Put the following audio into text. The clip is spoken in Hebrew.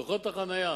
דוחות החנייה,